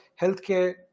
healthcare